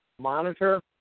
monitor